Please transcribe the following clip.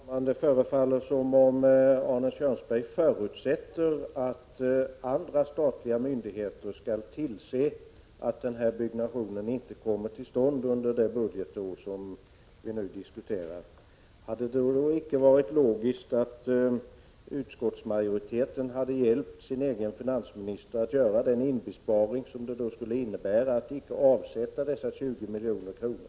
Fru talman! Det förefaller som om Arne Kjörnsberg förutsätter att andra statliga myndigheter skall tillse att den här byggnationen inte kommer till stånd under det budgetår som vi nu diskuterar. Hade det då icke varit logiskt att utskottsmajoriteten hade hjälpt finansministern att göra den besparing som det skulle innebära att icke avsätta dessa 20 milj.kr.?